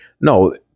No